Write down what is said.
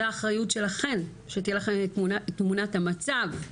זה האחריות שלכם, שתהיה לכם את תמונת המצב,